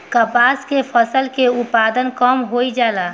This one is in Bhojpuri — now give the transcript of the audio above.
कपास के फसल के उत्पादन कम होइ जाला?